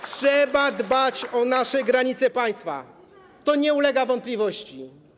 Trzeba dbać o nasze granice państwa, to nie ulega wątpliwości.